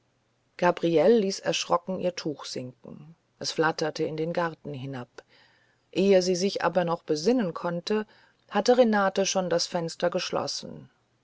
gabriele ließ erschrocken ihr tuch sinken es flatterte in den garten hinab ehe sie sich aber noch besinnen konnte hatte renate schon das fenster geschlossen